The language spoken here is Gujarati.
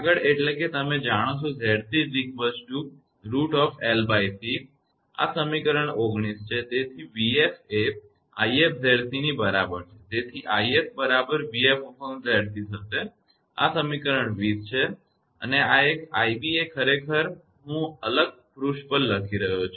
આગળ એટલે કે તમે જાણો છો કે 𝑍𝑐√𝐿𝐶𝐿𝐶12 આ સમીકરણ 19 છે તેથી 𝑣𝑓 એ 𝑖𝑓𝑍𝑐 ની બરાબર છે તેથી𝑖𝑓 બરાબર 𝑣𝑓𝑍𝑐 થશે આ સમીકરણ 20 છે અને આ એક 𝑖𝑏 એ ખરેખર હું એક અલગ પૃષ્ઠ પર લખી રહ્યો છું